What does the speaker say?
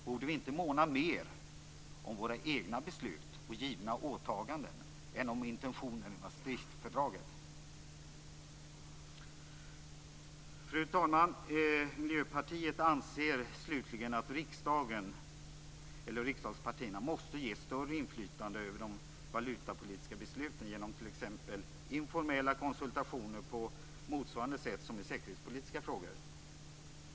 Borde vi inte måna mer om våra egna beslut och givna åtaganden än om intentionen i Maastrichtfördraget? Fru talman! Miljöpartiet anser slutligen att riksdagspartierna måste ges större inflytande över de valutapolitiska besluten genom t.ex. informella konsultationer på motsvarande sätt som i säkerhetspolitiska frågor.